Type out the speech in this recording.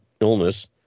illness